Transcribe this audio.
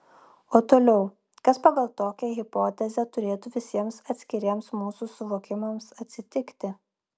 o toliau kas pagal tokią hipotezę turėtų visiems atskiriems mūsų suvokimams atsitikti